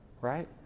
right